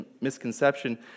misconception